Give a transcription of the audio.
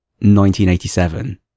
1987